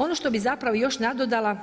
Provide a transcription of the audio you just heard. Ono što bi zapravo još nadodala,